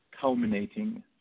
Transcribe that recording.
culminating